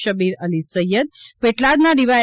શબીર અલી સૈયદ પેટલાદના ડીવાય